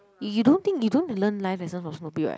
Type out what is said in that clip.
you you don't think you don't learn life lesson from Snoopy right